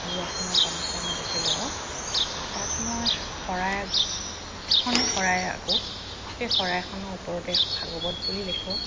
গুৰু আসনৰ গামোচা মই বেছি লগাওঁ তাত মই শৰাই এখনেই শৰাই আকোঁ সেই শৰাইখনৰ ওপৰতে ভাগৱত বুলি লিখোঁ